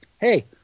hey